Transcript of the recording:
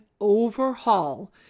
overhaul